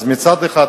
אז מצד אחד,